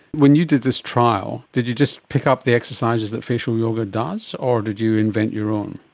when you did this trial, did you just pick up the exercises that facial yoga does, or did you invent your own?